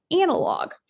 analog